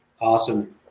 Awesome